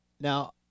Now